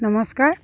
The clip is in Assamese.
নমস্কাৰ